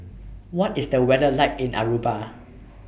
What IS The weather like in Aruba